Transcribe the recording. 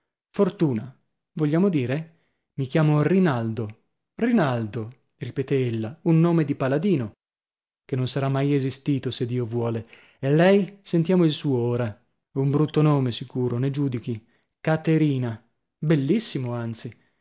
fortuna fortuna vogliamo dire mi chiamo rinaldo rinaldo ripetè ella un nome di paladino che non sarà mai esistito se dio vuole e lei sentiamo il suo ora un brutto nome sicuro ne giudichi caterina bellissimo anzi